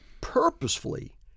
purposefully